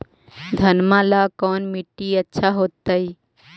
घनमा ला कौन मिट्टियां अच्छा होतई?